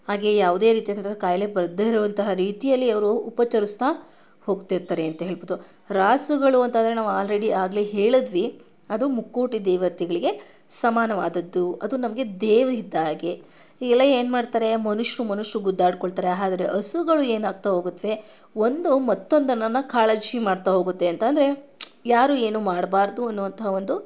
ಹಾಗೆಯೇ ಯಾವುದೇ ರೀತಿ ಆದಂತಹ ಖಾಯಿಲೆ ಬರದೇ ಇರುವಂತಹ ರೀತಿಯಲ್ಲಿ ಅವರು ಉಪಚರಿಸ್ತಾ ಹೋಗ್ತಿರ್ತಾರೆ ಅಂತ ಹೇಳ್ಬೋದು ರಾಸುಗಳು ಅಂತ ಅಂದ್ರೆ ನಾವು ಆಲ್ರೆಡಿ ಆಗಲೇ ಹೇಳಿದ್ವಿ ಅದು ಮುಕ್ಕೋಟಿ ದೇವತೆಗಳಿಗೆ ಸಮಾನವಾದದ್ದು ಅದು ನಮಗೆ ದೇವರಿದ್ದ ಹಾಗೆ ಈಗೆಲ್ಲ ಏನು ಮಾಡ್ತಾರೆ ಮನುಷ್ಯರು ಮನುಷ್ಯರು ಗುದ್ದಾಡಿಕೊಳ್ತಾರೆ ಆದ್ರೆ ಹಸುಗಳು ಏನು ಆಗ್ತಾ ಹೋಗುತ್ತವೆ ಒಂದು ಮತ್ತೊಂದನ್ನು ಕಾಳಜಿ ಮಾಡ್ತಾ ಹೋಗುತ್ತೆ ಅಂತ ಅಂದ್ರೆ ಯಾರೂ ಏನೂ ಮಾಡ್ಬಾರ್ದು ಅನ್ನುವಂಥ ಒಂದು